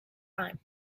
time